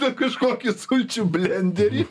na kažkokį sulčių blenderį